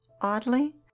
oddly